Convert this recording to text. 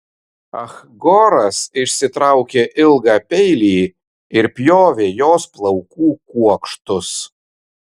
ah goras išsitraukė ilgą peilį ir pjovė jos plaukų kuokštus